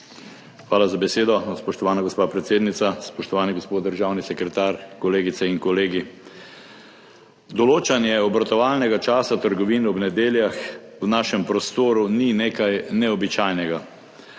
Hvala za besedo, spoštovana gospa predsednica. Spoštovani gospod državni sekretar, kolegice in kolegi! Določanje obratovalnega časa trgovin ob nedeljah v našem prostoru ni nekaj neobičajnega.